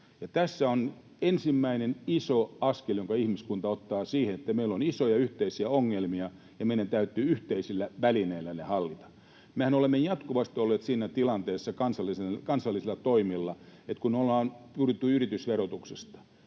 tässä on ensimmäinen iso askel, jonka ihmiskunta ottaa siihen, että meillä on isoja yhteisiä ongelmia ja meidän täytyy yhteisillä välineillä ne hallita. Mehän olemme jatkuvasti olleet siinä tilanteessa kansallisilla toimilla, että kun ollaan puhuttu yritysverotuksesta